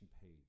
page